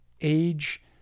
age